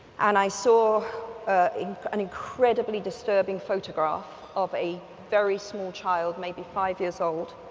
and i saw an incredibly disturbing photograph of a very small child, maybe five years old,